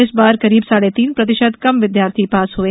इस बार करीब साढ़े तीन प्रतिशत कम विद्यार्थी पास हुए